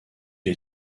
est